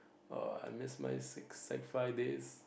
!orh! I miss my sick sec five days